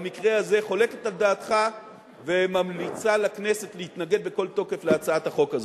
במקרה הזה חולקת על דעתך וממליצה לכנסת להתנגד בכל תוקף להצעת החוק הזו.